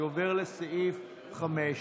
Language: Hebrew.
אני עובר לסעיף 5: